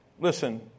Listen